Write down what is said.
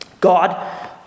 God